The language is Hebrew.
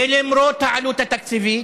ולמרות העלות התקציבית